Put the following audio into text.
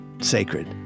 sacred